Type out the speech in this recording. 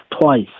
twice